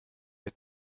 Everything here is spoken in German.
der